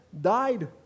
died